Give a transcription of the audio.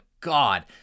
God